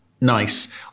nice